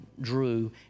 Drew